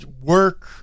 work